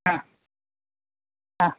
ಹಾಂ ಹಾಂ